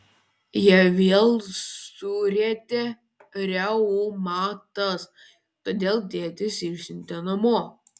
ją vėl surietė reumatas todėl tėtis išsiuntė namo